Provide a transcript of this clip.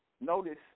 notice